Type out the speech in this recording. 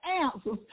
answers